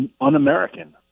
un-American